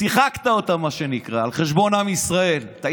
שיחקת אותה, מה שנקרא, על חשבון עם ישראל.